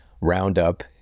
roundup